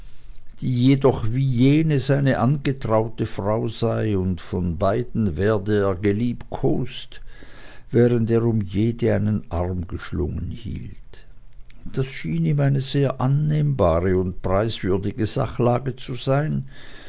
die je doch wie jene seine angetraute frau sei und von beiden werde er geliebkost während er um jede von ihnen einen arm geschlungen hielt das schien ihm eine sehr annehmbare und preiswürdige sachlage zu sein